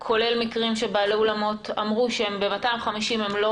כולל מקרים שבעלי האולמות אמרו שב-250 הם לא